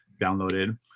downloaded